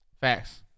Facts